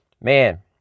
Man